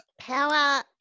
Power